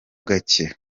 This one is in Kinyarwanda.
gake